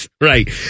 Right